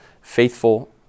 faithful